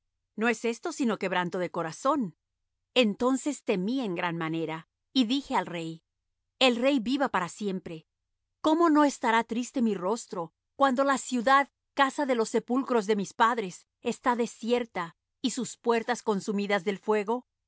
no es esto sino quebranto de corazón entonces temí en gran manera y dije al rey el rey viva para siempre cómo no estará triste mi rostro cuando la ciudad casa de los sepulcros de mis padres está desierta y sus puertas consumidas del fuego